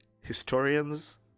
Historians